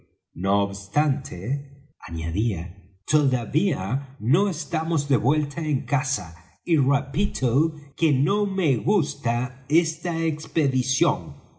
no obstante añadía todavía no estamos de vuelta en casa y repito que no me gusta esta expedición